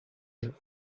âge